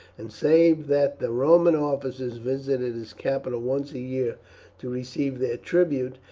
and save that the roman officers visited his capital once a year to receive their tribute,